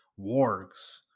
wargs